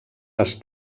les